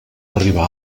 arribar